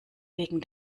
wegen